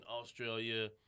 Australia